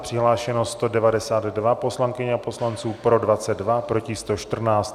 Přihlášeno 192 poslankyň a poslanců, pro 22, proti 114.